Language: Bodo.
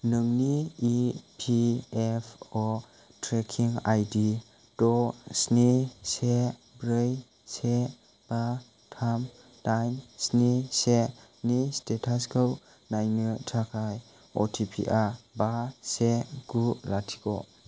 नोंनि इपिएफअ ट्रेकिं आईडि द' स्नि से ब्रै से बा थाम दाइन स्नि सेनि स्टेटासखौ नायनो थाखाय अटिपिआ बा से गु लाथिख'